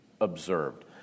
observed